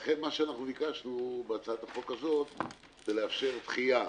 לכן ביקשנו בהצעת החוק הזאת לאפשר דחייה.